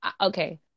okay